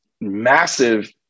massive